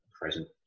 Present